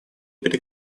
при